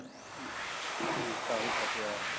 ᱦᱟᱛᱟᱣ ᱦᱩᱭᱜ ᱛᱟᱯᱮᱭᱟ